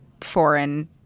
foreign